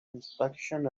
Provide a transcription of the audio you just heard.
inspection